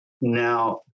now